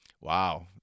Wow